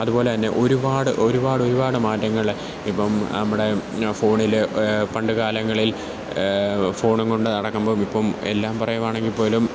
അതുപോലെതന്നെ ഒരുപാട് ഒരുപാടൊരുപാട് മാറ്റങ്ങള് ഇപ്പോള് നമ്മുടെ ഫോണില് പണ്ടു കാലങ്ങളിൽ ഫോണുംകൊണ്ട് നടക്കുമ്പോഴിപ്പോള് എല്ലാം പറയുവാണെങ്കില്പ്പോലും